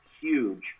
huge